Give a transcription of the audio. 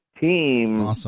team